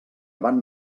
van